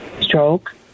stroke